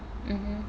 mm mm